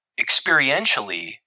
experientially